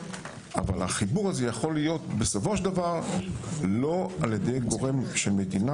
אבל החיבור הזה יכול להיות בסופו של דבר לא על ידי גורם של מדינה,